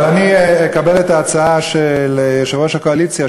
אבל אני אקבל את ההצעה של יושב-ראש הקואליציה,